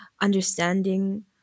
understanding